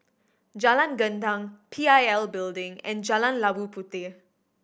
Jalan Gendang P I L Building and Jalan Labu Puteh